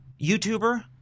YouTuber